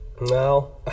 No